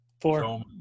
four